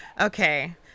okay